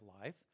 life